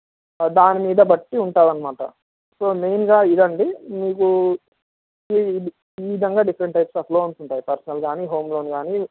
దాని మీద బట్టి ఉంటుందన్నమాట సో మెయిన్గా ఇదండీ మీకు ఈ విధంగా డిఫరెంట్ టైప్స్ ఆఫ్ లోన్స్ ఉంటాయి పర్సనల్ కాని హోమ్ లోన్ కాని